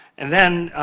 and then,